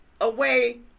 away